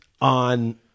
on